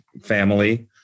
family